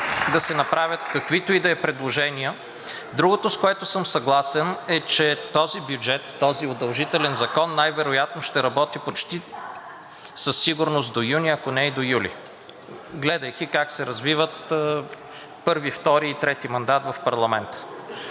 да се направят каквито и да е предложения. Другото, с което съм съгласен, е, че този бюджет, този удължителен закон, най-вероятно ще работи почти със сигурност до юни, ако не и до юли, гледайки как се развиват първи, втори и трети мандат в парламента.